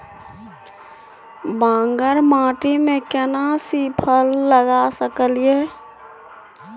बांगर माटी में केना सी फल लगा सकलिए?